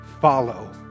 follow